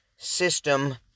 system